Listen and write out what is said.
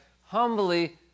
humbly